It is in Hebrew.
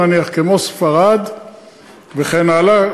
נניח כמו ספרד וכן הלאה,